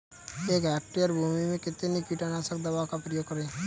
एक हेक्टेयर भूमि में कितनी कीटनाशक दवा का प्रयोग करें?